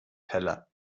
pelle